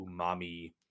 umami